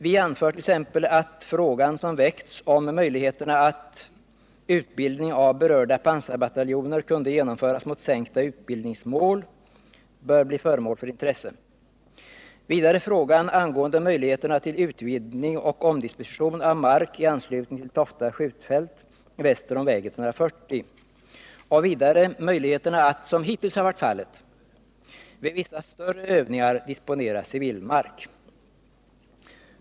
Vi anför t.ex. att möjligheterna att genomföra utbildning av berörda pansarbataljoner mot ”sänkta utbildningsmål” bör bli föremål för intresse, vidare frågan angående möjligheterna till utvidgning och omdisposition av mark i anslutning till Tofta skjutfält, väster om väg 140, samt angående möjligheterna att, som hittills har varit fallet, vid vissa större övningar disponera civil mark.